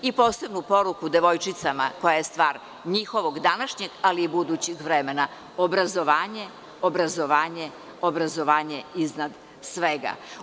Posebnu poruku devojčicama, koja je stvar njihovog današnjeg ali i budućeg vremena – obrazovanje, obrazovanje iznad svega.